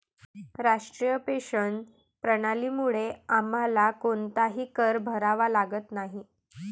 राष्ट्रीय पेन्शन प्रणालीमुळे आम्हाला कोणताही कर भरावा लागत नाही